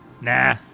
Nah